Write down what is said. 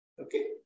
Okay